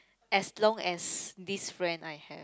as long as this friend I have